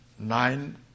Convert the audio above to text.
Nine